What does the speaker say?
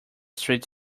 street